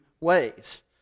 ways